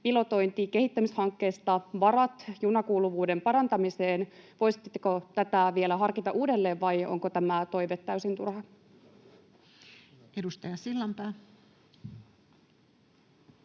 pilotointi-, kehittämishankkeesta varat junakuuluvuuden parantamiseen, mutta voisitteko tätä vielä harkita uudelleen, vai onko tämä toive täysin turha? [Speech